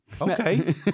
Okay